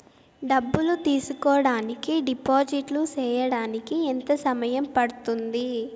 డబ్బులు తీసుకోడానికి డిపాజిట్లు సేయడానికి ఎంత సమయం పడ్తుంది